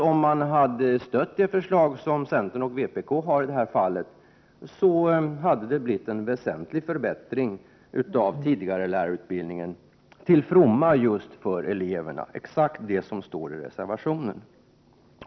Om man hade stött det förslag som centern och vpk har fört fram i det här fallet hade det blivit en väsentlig förbättring av tidigarelärarutbildningen, till fromma just för eleverna — exakt det som man pekar på i reservationen.